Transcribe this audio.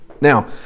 Now